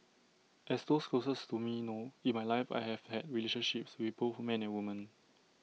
as those closest to me know in my life I have had relationships with both men and women